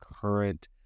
current